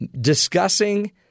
discussing